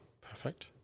Perfect